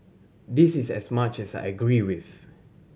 this is as much as I agree with